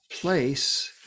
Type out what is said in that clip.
place